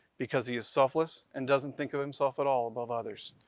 because he is selfless and doesn't think of himself at all above others.